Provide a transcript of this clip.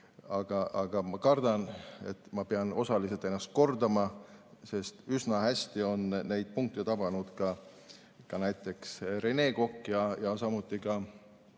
Aga ma kardan, et ma pean osaliselt ennast kordama, sest üsna hästi on neid punkte tabanud ka näiteks Rene Kokk ja samuti Leo